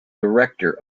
director